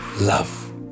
love